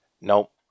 Nope